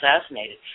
assassinated